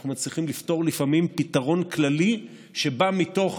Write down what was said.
אנחנו צריכים לפתור לפעמים פתרון כללי שבא מתוך